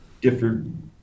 different